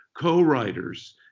co-writers